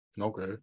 Okay